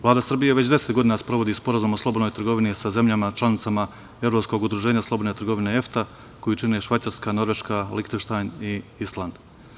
Vlada Srbije već deset godina sprovodi sporazum o slobodnoj trgovini sa zemljama članicama Evropskog udruženja slobodne trgovine EFTA koju čine Švajcarska, Norveška, Lihtenštajn i Island.